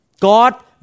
God